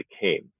came